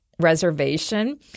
reservation